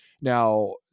Now